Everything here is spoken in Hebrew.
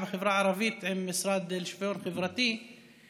בחברה הערבית עם המשרד לשוויון חברתי,